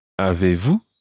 Avez-vous